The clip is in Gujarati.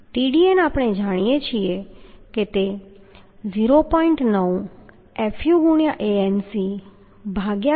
Tdn આપણે જાણીએ છીએ 0